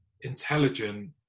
intelligent